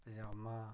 पजामां